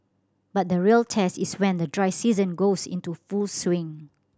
but the real test is when the dry season goes into full swing